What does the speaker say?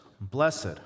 blessed